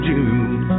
June